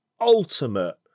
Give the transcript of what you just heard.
ultimate